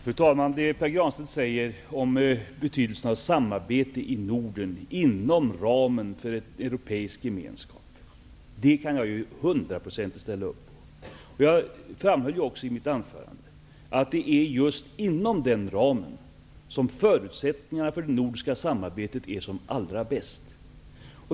Fru talman! Det Pär Granstedt säger om betydelsen av samarbete i Norden inom ramen för en europeisk gemenskap kan jag hundraprocentigt ställa upp på. Jag framhöll också i mitt anförande att det just är inom den ramen som förutsättningarna för det nordiska samarbetet är som allra bäst.